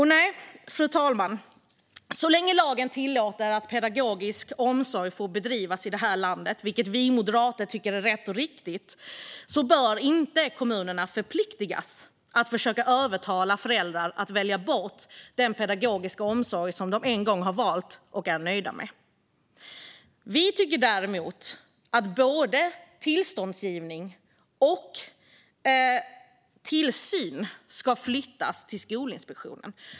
Nej, fru talman, så länge lagen tillåter att pedagogisk omsorg får bedrivas i det här landet, vilket vi moderater tycker är rätt och riktigt, bör inte kommunerna förpliktas att försöka övertala föräldrar att välja bort den pedagogiska omsorg som de en gång har valt och är nöjda med. Vi tycker däremot att både tillståndsgivning och tillsyn ska flyttas till Skolinspektionen.